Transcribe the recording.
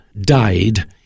died